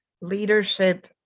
leadership